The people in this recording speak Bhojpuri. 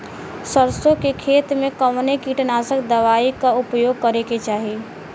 सरसों के खेत में कवने कीटनाशक दवाई क उपयोग करे के चाही?